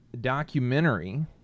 documentary